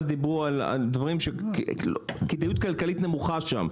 אז דיברו על כדאיות כלכלית נמוכה שם.